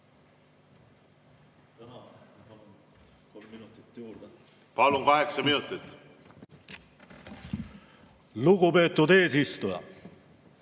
Palun, kaheksa minutit! Lugupeetud eesistuja!